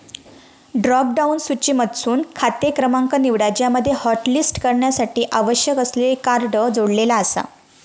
drop down सूचीमधसून खाते क्रमांक निवडा ज्यामध्ये हॉटलिस्ट करण्यासाठी आवश्यक असलेले कार्ड जोडलेला आसा